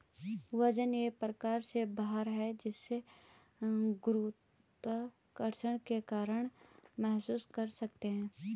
वजन एक प्रकार से भार है जिसे गुरुत्वाकर्षण के कारण महसूस कर सकते है